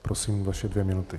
Prosím, vaše dvě minuty.